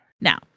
Now